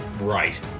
Right